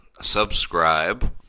subscribe